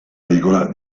regola